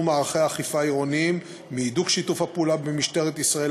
מערכי אכיפה עירוניים מהידוק שיתוף הפעולה בין משטרת ישראל